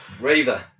Raver